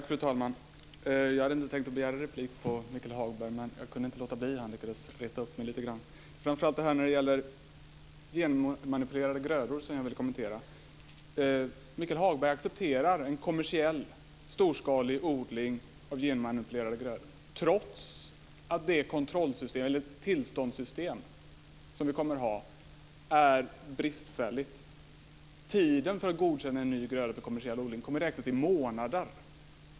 Fru talman! Jag hade inte tänkt att begära replik på Michael Hagbergs anförande, men jag kunde inte låta bli. Han lyckades reta upp mig lite grann. Jag vill framför allt kommentera frågan om genmanipulerade grödor. Michael Hagberg accepterar en kommersiell storskalig odling av genmanipulerade grödor trots att det tillståndssystem som vi kommer att ha är bristfälligt. Tiden för att godkänna en ny gröda för kommersiell odling kommer att räknas i månader.